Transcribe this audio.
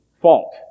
fault